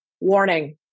warning